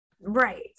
right